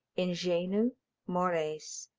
ingenui mores,